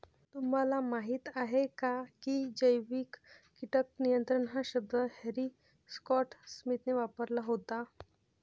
तुम्हाला माहीत आहे का की जैविक कीटक नियंत्रण हा शब्द हॅरी स्कॉट स्मिथने वापरला होता?